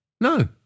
No